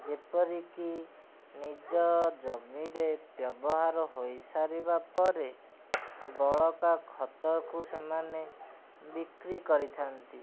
ଯେପରିକି ନିଜ ଜମିରେ ବ୍ୟବହାର ହୋଇସାରିବା ପରେ ବଳକା ଖତକୁ ସେମାନେ ବିକ୍ରି କରିଥାନ୍ତି